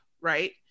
right